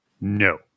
No